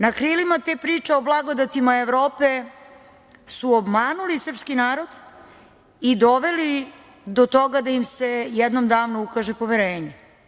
Na krilima te priče o blagodetima Evrope su obmanuli srpski narod i doveli do toga da im se jednom davno ukaže poverenje.